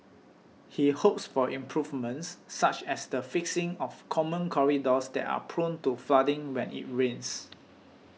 he hopes for improvements such as the fixing of common corridors that are prone to flooding when it rains